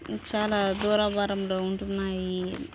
చాలా దూర బారంలో ఉంటున్నాయి